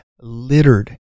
littered